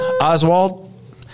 Oswald